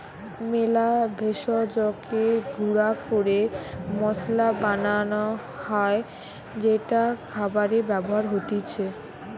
মেলা ভেষজকে গুঁড়া ক্যরে মসলা বানান হ্যয় যেটা খাবারে ব্যবহার হতিছে